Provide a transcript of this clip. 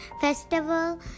festival